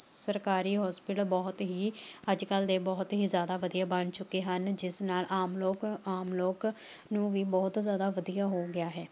ਸਰਕਾਰੀ ਹੋਸਪੀਟਲ ਬਹੁਤ ਹੀ ਅੱਜ ਕੱਲ੍ਹ ਦੇ ਬਹੁਤ ਹੀ ਜ਼ਿਆਦਾ ਵਧੀਆ ਬਣ ਚੁੱਕੇ ਹਨ ਜਿਸ ਨਾਲ਼ ਆਮ ਲੋਕ ਆਮ ਲੋਕ ਨੂੰ ਵੀ ਬਹੁਤ ਜ਼ਿਆਦਾ ਵਧੀਆ ਹੋ ਗਿਆ ਹੈ